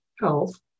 health